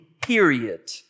period